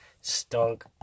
Stunk